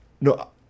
No